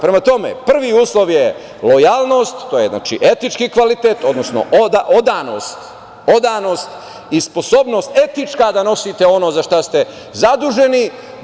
Prema tome, prvi uslov je lojalnost, to je etički kvalitet, odnosno odanost i sposobnost etička da nosite ono za šta ste zaduženi.